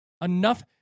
enough